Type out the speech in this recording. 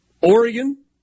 Oregon